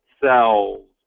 cells